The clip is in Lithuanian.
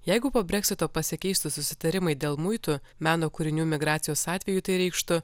jeigu po breksito pasikeistų susitarimai dėl muitų meno kūrinių migracijos atveju tai reikštų